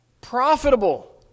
Profitable